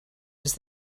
use